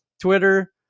Twitter